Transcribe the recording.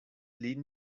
lin